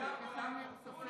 לא, לא.